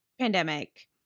pandemic